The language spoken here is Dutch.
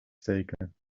steken